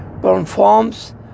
performs